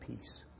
peace